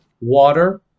water